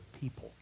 people